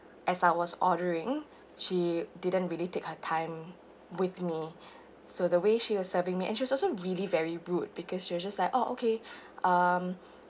as I was ordering she didn't really take her time with me so the way she was serving me and she's also really very rude because she were just like oh okay um